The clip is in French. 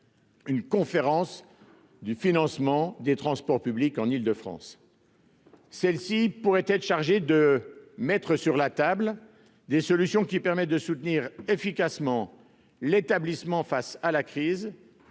une conférence du financement des transports publics en Île-de-France. Celle-ci serait chargée de mettre sur la table des solutions permettant de soutenir efficacement l'établissement face à la crise,